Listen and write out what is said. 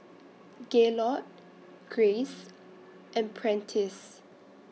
Gaylord Grace and Prentiss